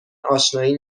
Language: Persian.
آشنایی